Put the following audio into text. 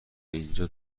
اینجا